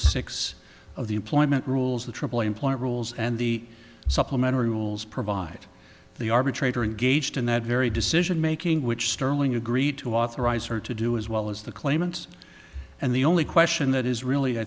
six of the employment rules the trouble employment rules and the supplementary rules provide the arbitrator engaged in that very decision making which sterling agreed to authorize her to do as well as the claimants and the only question that is really i